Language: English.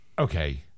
Okay